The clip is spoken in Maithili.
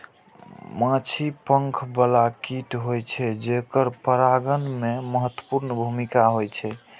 माछी पंख बला कीट होइ छै, जेकर परागण मे महत्वपूर्ण भूमिका होइ छै